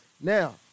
Now